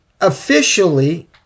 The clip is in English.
officially